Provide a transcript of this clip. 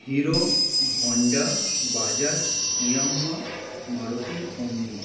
hero Honda Bajaj Yamaha Maruti ওমনি